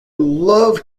love